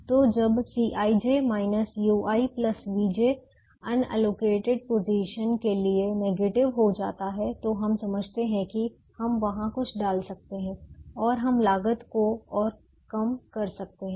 तो जब Cij ui vj unallocated position के लिए नेगेटिव हो जाता है तो हम समझते हैं कि हम वहां कुछ डाल सकते हैं और हम लागत को और कम कर सकते हैं